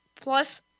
plus